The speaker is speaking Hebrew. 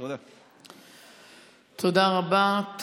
תודה רבה.